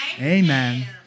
Amen